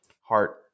heart